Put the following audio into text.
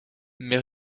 mais